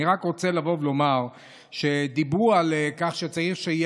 אני רק רוצה לומר שדיברו על כך שצריך שתהיה